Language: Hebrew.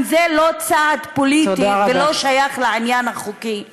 אם זה לא צעד פוליטי ולא שייך לעניין החוקי בכלל?